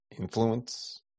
influence